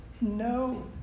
no